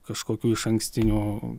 kažkokių išankstinių